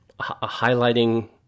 highlighting